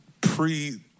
pre